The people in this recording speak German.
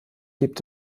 gibt